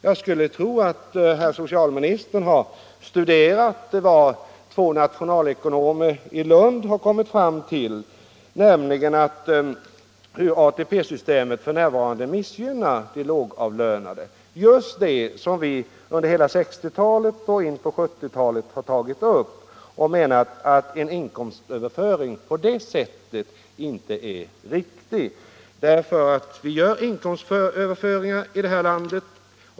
Jag skulle tro att herr socialministern har studerat vad två nationalekonomer i Lund har kommit fram till, nämligen att ATP-systemet f.n. missgynnar de lågavlönade. Just detta har vi under hela 1960-talet och in på 1970-talet tagit upp. Vi menar att en inkomstöverföring på det sättet inte är riktig. Vi gör inkomstöverföringar i det här landet.